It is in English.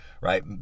right